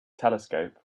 telescope